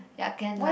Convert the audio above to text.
ya can lah